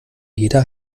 jeder